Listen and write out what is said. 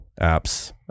apps